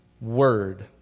word